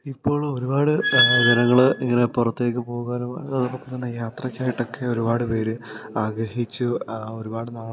ഇപ്പോഴൊരുപാട് ജനങ്ങൾ ഇങ്ങനെ പുറത്തേക്ക് പോകാനും അതോടോപ്പംതന്നെ യാത്രയ്ക്കായ്ട്ടൊക്കെ ഒരുപാട് പേര് ആഗ്രഹിച്ച് ഒരുപാട് നാളത്തെ